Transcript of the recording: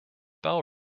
bell